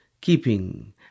keeping